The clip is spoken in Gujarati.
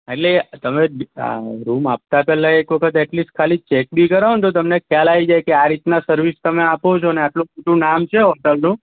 હા એટલે તમે આ રૂમ આપતાં પહેલાં એક વખત એટ લીસ્ટ ખાલી ચેક બી કરોને તો તમને ખ્યાલ આવી જાય કે આ રીતના સર્વિસ તમે આપો છોને આટલું બધુ નામ છે હોટલનું